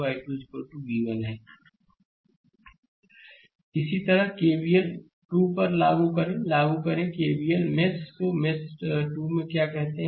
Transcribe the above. slide समय देखें 0600 इसी तरह केवीएल को मेष 2 पर लागू करें लागू करें केवीएल मेष को मेष 2 में क्या कहते हैं